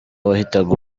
wahitaga